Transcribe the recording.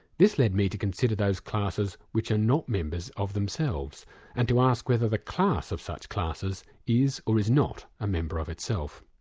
this led me to consider those classes which are not members of themselves and to ask whether the class of such classes is, or is not a member of itself.